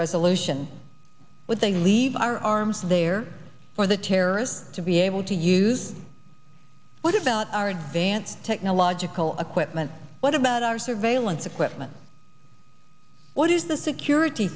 resolution would they leave our arms there for the terrorists to be able to use what about our advanced technological equipment what about our surveillance equipment what is the security